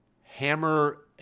hammer